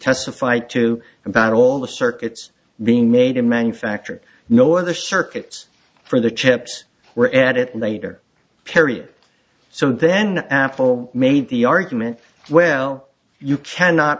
testify to about all the circuits being made in manufacturing no other circuits for the chips were added later carrier so then apple made the argument well you cannot